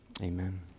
Amen